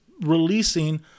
releasing